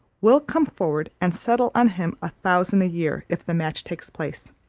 will come forward, and settle on him a thousand a year, if the match takes place.